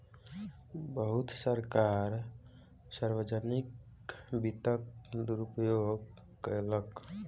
बहुत सरकार सार्वजनिक वित्तक दुरूपयोग कयलक